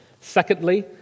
Secondly